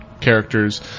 characters